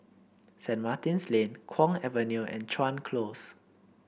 Saint Martin's Lane Kwong Avenue and Chuan Close